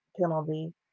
penalty